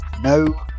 No